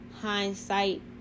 hindsight